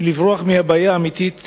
לברוח מהבעיה האמיתית